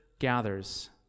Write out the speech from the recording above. gathers